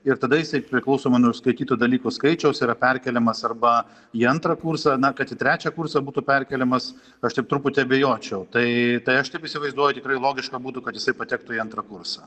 ir tada jisai priklausomai nuo užskaitytų dalykų skaičiaus yra perkeliamas arba į antrą kursą na kad į trečią kursą būtų perkeliamas aš taip truputį abejočiau tai tai aš taip įsivaizduoju tikrai logiška būtų kad jisai patektų į antrą kursą